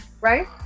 Right